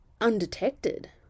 undetected